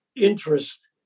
interest